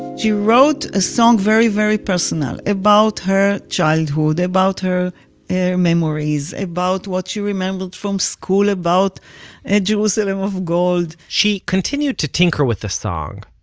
she wrote a song very very personal about her childhood, about her yeah memories, about what she remembered from school about and jerusalem of gold she continued to tinker with the song,